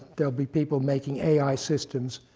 there'll be people making ai systems,